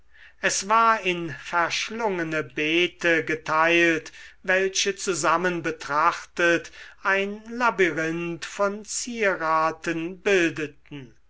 es war in verschlungene beete geteilt welche zusammen betrachtet ein labyrinth von zieraten bildeten